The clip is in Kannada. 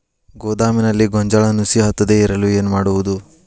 ಗೋದಾಮಿನಲ್ಲಿ ಗೋಂಜಾಳ ನುಸಿ ಹತ್ತದೇ ಇರಲು ಏನು ಮಾಡುವುದು?